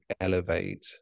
elevate